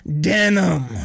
denim